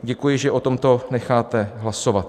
Děkuji, že o tomto necháte hlasovat.